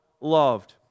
loved